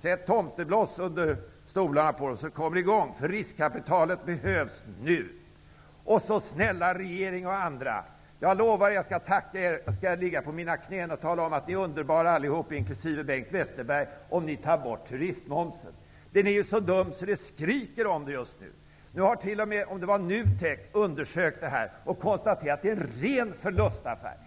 Sätt tomtebloss under stolarna så att företagen kommer igång. Riskkapitalet behövs nu! Snälla regeringen och ni andra! Jag lovar er att jag skall tacka er. Jag skall ligga ned på mina knän och tala om att ni är underbara, inkl. Bengt Westerberg, om ni bara avskaffar turistmomsen! Den är så dum att det bara skriker om det! Nu har t.o.m. NUTEK undersökt saken och konstaterat att det hela är en ren förlustaffär.